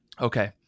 okay